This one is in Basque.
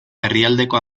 erdialdeko